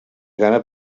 gana